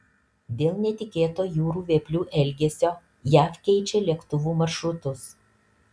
dėl netikėto jūrų vėplių elgesio jav keičia lėktuvų maršrutus